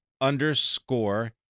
underscore